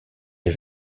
les